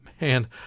man